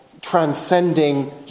transcending